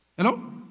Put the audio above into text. Hello